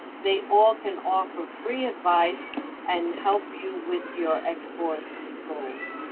they all can offer free advice and help you with your export goals.